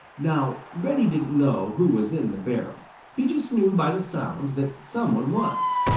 now reddy didn't know who was in the barrel. he just knew by the sounds that some one was.